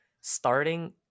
starting